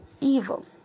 evil